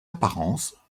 apparences